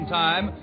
time